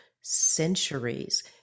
centuries